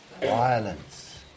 violence